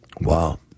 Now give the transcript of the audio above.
Wow